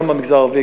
גם במגזר הערבי,